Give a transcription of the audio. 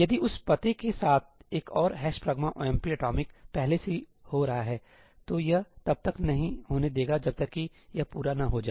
यदि उस पते के साथ एक और ' pragma omp atomic' पहले से ही हो रहा है तो यह तब तक नहीं होने देगा जब तक कि यह पूरा न हो जाए